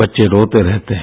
बच्चे रोते रहते हैं